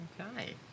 Okay